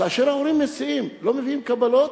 כאשר ההורים מסיעים, לא מביאים קבלות,